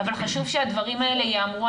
אבל חשוב שהדברים ייאמרו.